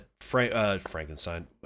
Frankenstein